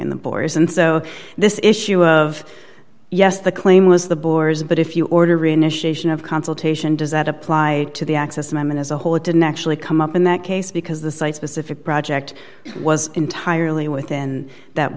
in the borders and so this issue of yes the claim was the boars but if you order initiation of consultation does that apply to the access amendment as a whole it didn't actually come up in that case because the site specific project was entirely within that